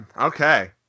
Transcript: Okay